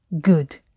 Good